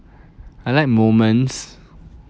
I like moments